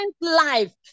life